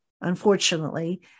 unfortunately